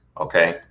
okay